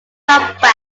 director